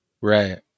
right